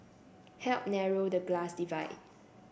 help narrow the class divide